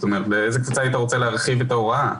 כלומר, לאיזה קבוצה הייתה רוצה להרחיב את ההוראה?